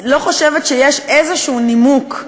לא חושבת שיש איזשהו נימוק,